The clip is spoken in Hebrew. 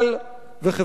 וחברה דמוקרטית.